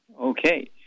Okay